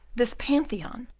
this pantheon,